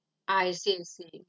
I see I see